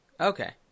Okay